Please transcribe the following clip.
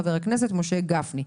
חבר הכנסת משה גפני.